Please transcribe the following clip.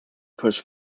push